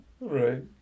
Right